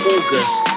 August